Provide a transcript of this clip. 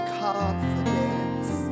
confidence